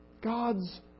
God's